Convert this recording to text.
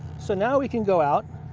so now we can go out,